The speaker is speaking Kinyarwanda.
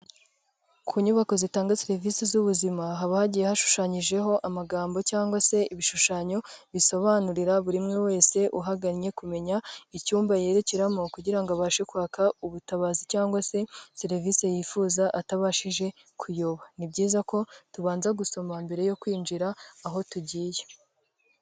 Ku nyubako zitanga serivisi z'ubuzima, haba hagiye hashushanyijeho amagambo cyangwa se ibishushanyo bisobanurira buri muntu wese uhagannye kumenya icyumba yerekeramo kugira ngo abashe kwaka ubutabazi cyangwa se serivisi yifuza atabashije kuyoba. Ni byiza ko tubanza gusoma mbere yo kwinjira aho tugiye.